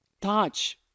touch